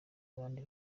abandi